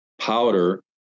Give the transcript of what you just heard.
powder